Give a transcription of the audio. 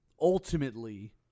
ultimately